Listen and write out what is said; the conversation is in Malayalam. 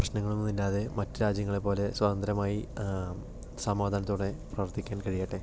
പ്രശ്നങ്ങളൊന്നും ഇല്ലാതെ മറ്റ് രാജ്യങ്ങളെ പോലെ സ്വതന്ത്രമായി സമാധാനത്തോടെ പ്രവർത്തിക്കാൻ കഴിയട്ടെ